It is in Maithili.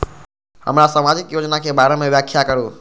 हमरा सामाजिक योजना के बारे में व्याख्या करु?